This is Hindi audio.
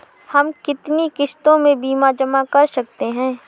हम कितनी किश्तों में बीमा जमा कर सकते हैं?